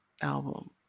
album